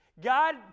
God